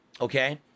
Okay